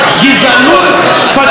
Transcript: פאשיזם לא אמרתם היום.